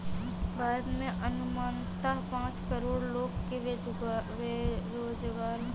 भारत में अनुमानतः पांच करोड़ लोग बेरोज़गार है